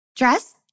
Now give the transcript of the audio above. Dress